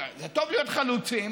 טוב להיות חלוצים,